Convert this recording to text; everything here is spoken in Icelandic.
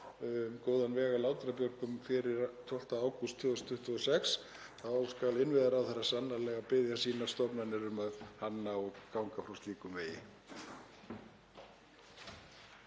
góðan veg að Látrabjargi fyrir 12. ágúst 2026, þá skal innviðaráðherra sannarlega biðja sínar stofnanir um að hanna og ganga frá slíkum vegi.